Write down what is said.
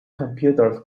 computers